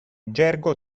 gergo